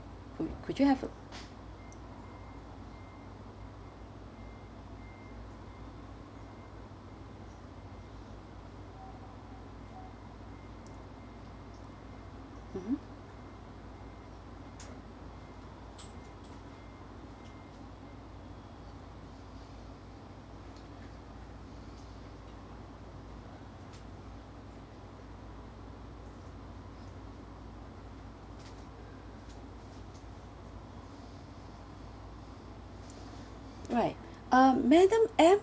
co~ could you have mmhmm right uh madam M